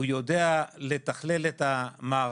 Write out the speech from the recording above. הוא יודע לתכלל את המערכות,